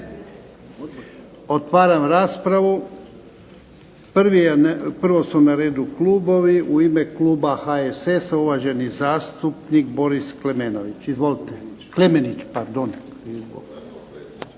Otvaram raspravu. Prvo su na redu klubovi. U ime kluba HSS-a uvaženi zastupnik Boris Klemenić.